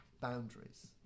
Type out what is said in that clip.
boundaries